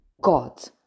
God